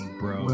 bro